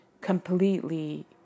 completely